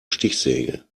stichsäge